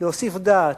להוסיף דעת,